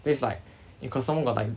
then it's like if got someone got like